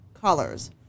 colors